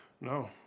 No